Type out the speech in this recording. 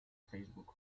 facebook